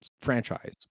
franchise